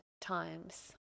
times